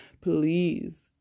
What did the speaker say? please